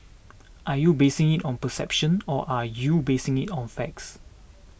are you basing it on perception or are you basing it on facts